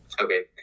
Okay